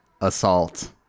assault